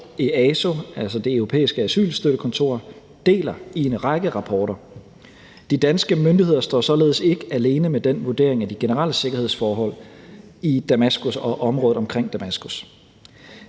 altså Det Europæiske Asylstøttekontor, deler i en række rapporter. De danske myndigheder står således ikke alene med den vurdering af de generelle sikkerhedsforhold i Damaskus og området omkring Damaskus.